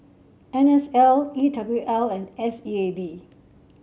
N S L E W L and S E A B